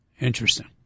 Interesting